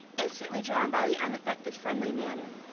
instantly drawn by the unaffected, friendly manner,